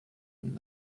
and